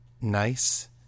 Nice